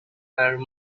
are